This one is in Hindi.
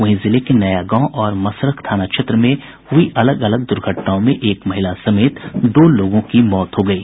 वहीं जिले के नया गांव और मसरख थाना क्षेत्र में हुई अलग अलग दुर्घटनाओं में एक महिला समेत दो लोगों की मौत हो गयी